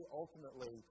ultimately